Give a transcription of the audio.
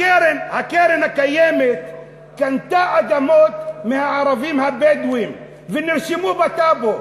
הקרן הקיימת קנתה אדמה מהערבים הבדואים ונרשמו בטאבו.